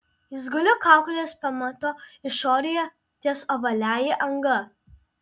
jis guli kaukolės pamato išorėje ties ovaliąja anga